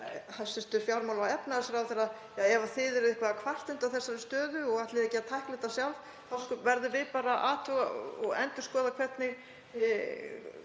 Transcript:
hæstv. fjármála- og efnahagsráðherra: Ef þið eruð eitthvað að kvarta undan þessari stöðu og ætlið ekki að tækla þetta sjálf þá verðum við bara að endurskoða hvernig